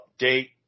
update